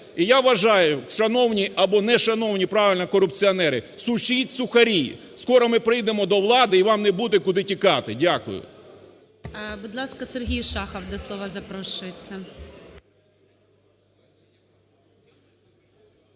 І я вважаю, шановні або нешановні, правильно, корупціонери, сушіть сухарі. Скоро ми прийдемо до влади, і вам не буде, куди тікати. Дякую. ГОЛОВУЮЧИЙ. Будь ласка, Сергій Шахов до слова запрошується.